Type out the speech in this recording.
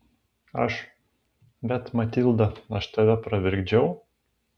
aš bet matilda aš tave pravirkdžiau